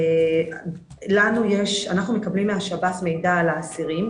אנחנו מקבלים מהשב"ס מידע על האסירים,